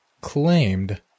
claimed